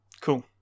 Cool